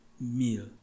meal